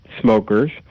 smokers